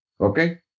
okay